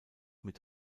mit